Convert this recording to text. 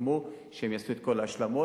סיכמו שיעשו את כל ההשלמות